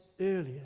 earlier